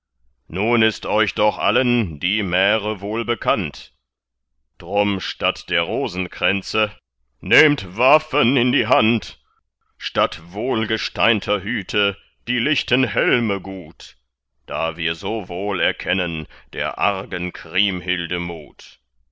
nun ist euch doch allen die märe wohl bekannt drum statt der rosenkränze nehmt waffen in die hand statt wohlgesteinter hüte die lichten helme gut da wir so wohl erkennen der argen kriemhilde mut